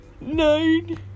nine